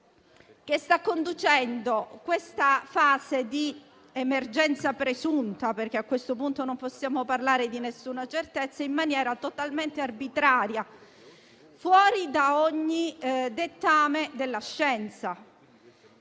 che sta gestendo questa presunta fase di emergenza (perché, a questo punto, non possiamo parlare con alcuna certezza) in maniera totalmente arbitraria e fuori da ogni dettame della scienza.